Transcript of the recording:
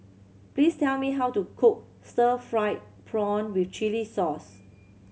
please tell me how to cook stir fried prawn with chili sauce